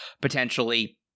potentially